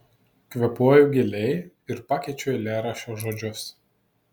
kvėpuoju giliai ir pakeičiu eilėraščio žodžius